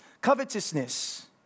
Covetousness